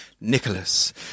Nicholas